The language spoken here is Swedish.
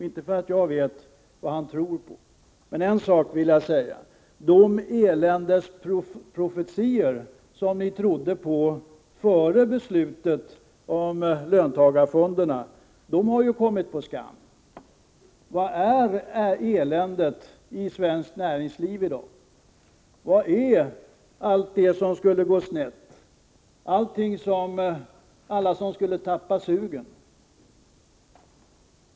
Inte för att jag vet vad han tror på, men en sak vill jag säga: De eländesprofetior som ni trodde på före beslutet om löntagarfonderna har ju kommit på skam. Var är eländet i svenskt näringsliv i dag? Var är allt det som skulle gå snett, alla som skulle tappa sugen?